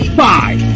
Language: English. five